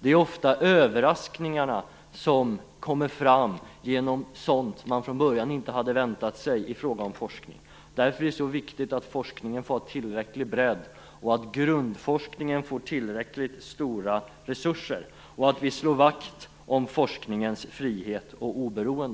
det. Och ofta kommer överraskningarna fram genom sådant som man från början inte hade väntat sig i fråga om forskning. Därför är det så viktigt att forskningen får tillräcklig bredd, att grundforskningen får tillräckligt stora resurser och att vi slår vakt om forskningens frihet och oberoende.